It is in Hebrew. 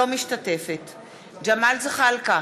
אינה משתתפת בהצבעה ג'מאל זחאלקה,